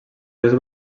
dues